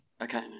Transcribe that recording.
Okay